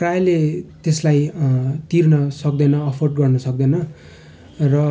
प्रायःले त्यसलाई तिर्न सक्दैन अफर्ड गर्नसक्दैन र